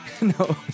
No